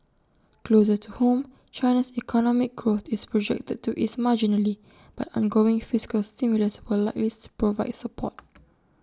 closer to home China's economic growth is projected to ease marginally but ongoing fiscal stimulus will likely use provide support